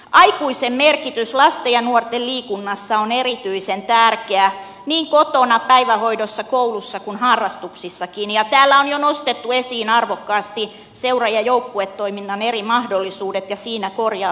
aikuisen merkitys lasten ja nuorten liikunnassa on erityisen tärkeä niin kotona päivähoidossa koulussa kuin harrastuksissakin ja täällä on jo nostettu esiin arvokkaasti seura ja joukkuetoiminnan eri mahdollisuudet ja niissä korjaavat toimenpiteet